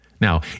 Now